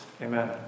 Amen